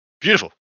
beautiful